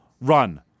run